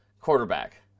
quarterback